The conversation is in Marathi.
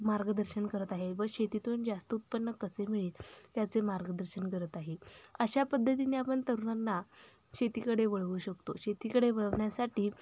मार्गदर्शन करत आहे व शेतीतून जास्त उत्पन्न कसे मिळेल त्याचे मार्गदर्शन करत आहे अशा पद्धतीने आपण तरुणांना शेतीकडे वळवू शकतो शेतीकडे वळवण्यासाठी